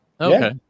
Okay